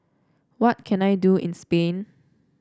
what can I do in Spain